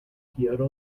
kyoto